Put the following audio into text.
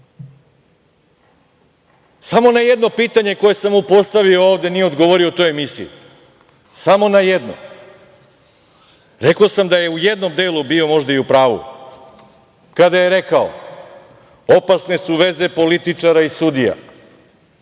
na jedno pitanje koje sam mu postavio ovde nije odgovorio u toj emisiji, samo na jedno. Rekao sam da je u jednom delu bio možda i u pravu, kada je rekao – opasne su veze političara i sudija,